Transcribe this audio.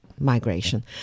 Migration